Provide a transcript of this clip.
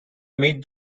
mid